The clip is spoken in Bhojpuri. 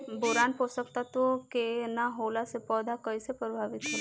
बोरान पोषक तत्व के न होला से पौधा कईसे प्रभावित होला?